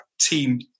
team